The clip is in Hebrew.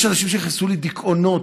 יש אנשים שנכנסו לדיכאונות,